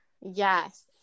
Yes